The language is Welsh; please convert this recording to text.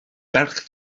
ferch